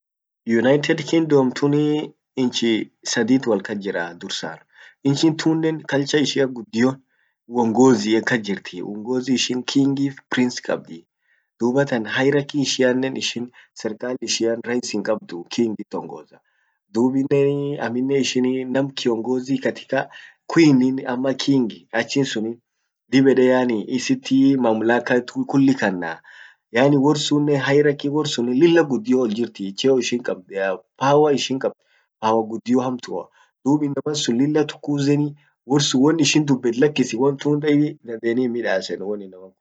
United Kingdom tunii inchi sadit wolkas jiraa tadursa. Inchin tunnen culture ishia guddion uongozian kas jirtii, uongozi ishian king if ,prince kabdi. Dubatan hierarchy ishianen ishin serkal ishian rights hin kabdu king it ongoza dubinen amminen ishin nam kiongozi katika queen ama king in achin suni dib ede yaani isit mamlaka tun kulli kanna, yaani worr sunnen hierarchy worr sunin lilla guddio oljirti ccheo ishin kabd power ishin kabd power guddio hamtua, dub inaman sun lilla tukuzeni worr sun won ishindubbet lakisi won tun debi dandeni hin middasenu.